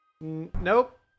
Nope